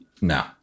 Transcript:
No